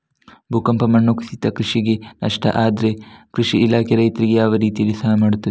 ಭೂಕಂಪ, ಮಣ್ಣು ಕುಸಿತದಿಂದ ಕೃಷಿಗೆ ನಷ್ಟ ಆದ್ರೆ ಕೃಷಿ ಇಲಾಖೆ ರೈತರಿಗೆ ಯಾವ ರೀತಿಯಲ್ಲಿ ಸಹಾಯ ಮಾಡ್ತದೆ?